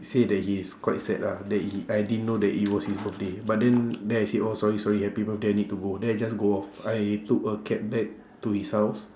say that he's quite sad lah that he I didn't know it was his birthday but then then I said oh sorry sorry happy birthday I need to go then I just go off I took a cab back to his house